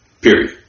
Period